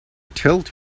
told